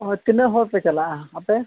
ᱦᱳᱭ ᱛᱤᱱᱟᱹᱜ ᱦᱚᱲᱯᱮ ᱪᱟᱞᱟᱜᱼᱟ ᱟᱯᱮ